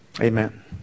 Amen